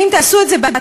ואם תעשו את זה בהתחלה,